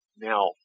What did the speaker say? Now